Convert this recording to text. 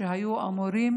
שהיו אמורים